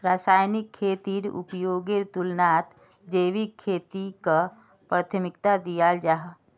रासायनिक खेतीर उपयोगेर तुलनात जैविक खेतीक प्राथमिकता दियाल जाहा